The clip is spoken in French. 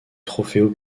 trofeo